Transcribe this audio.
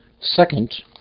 Second